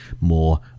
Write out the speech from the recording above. more